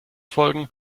folgen